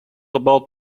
about